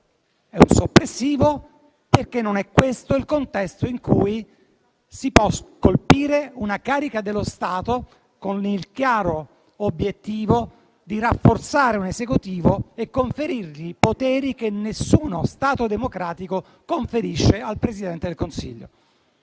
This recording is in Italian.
soppressivo, perché non è questo il contesto in cui si possa colpire una carica dello Stato con il chiaro obiettivo di rafforzare un Esecutivo e conferirgli poteri che nessuno Stato democratico conferisce al Presidente del Consiglio.